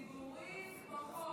דיבורים כמו חול.